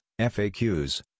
FAQs